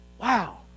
Wow